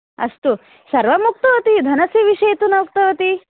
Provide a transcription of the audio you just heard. अस्तु सर्वम् उक्तवती धनस्य विषये तु न उक्तवती